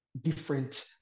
different